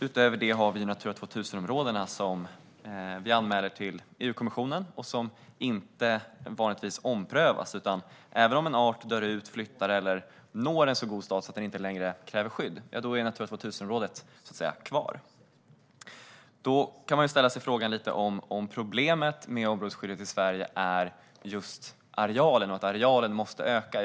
Utöver det har vi Natura 2000-områdena, som vi anmäler till EU-kommissionen och som vanligtvis inte omprövas. Även om en art dör ut, flyttar eller når en så god status att den inte längre kräver skydd är Natura 2000-området kvar. Då kan man ställa sig frågan om problemet med områdesskyddet i Sverige är just arealen och att arealen måste öka.